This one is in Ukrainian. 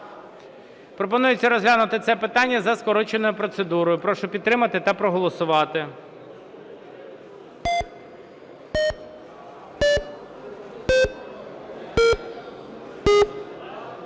Пропонується розглянути це питання за скороченою процедурою. Прошу підтримати та проголосувати.